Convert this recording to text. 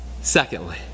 Secondly